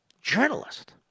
Journalist